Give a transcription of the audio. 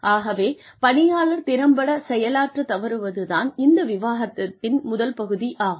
ஆகவே பணியாளர் திறம்பட செயலாற்றத் தவறுவது தான் இந்த விவாதத்தின் முதல் பகுதி ஆகும்